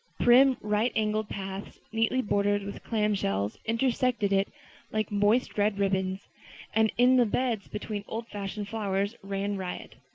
prim, right-angled paths neatly bordered with clamshells, intersected it like moist red ribbons and in the beds between old-fashioned flowers ran riot.